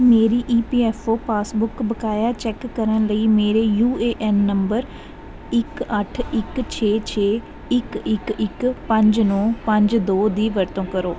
ਮੇਰੀ E P F O passbook ਬਕਾਇਆ check ਕਰਨ ਲਈ ਮੇਰੇ ਯੂ ਏ ਐੱਨ ਨੰਬਰ ਇੱਕ ਅੱਠ ਇੱਕ ਛੇ ਛੇ ਇੱਕ ਇੱਕ ਇੱਕ ਪੰਜ ਨੌਂ ਪੰਜ ਦੋ ਦੀ ਵਰਤੋਂ ਕਰੋ